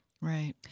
Right